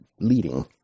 leading